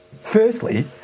firstly